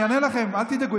אני אענה לכם, אל תדאגו.